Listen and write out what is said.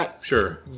Sure